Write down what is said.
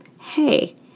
hey